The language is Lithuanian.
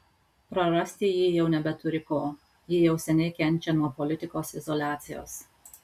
prarasti ji jau nebeturi ko ji jau seniai kenčia nuo politikos izoliacijos